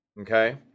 okay